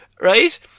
Right